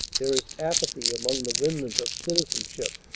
there is apathy among the remnant of citizenship.